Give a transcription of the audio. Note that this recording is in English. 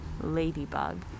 ladybug